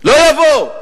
לא יבואו.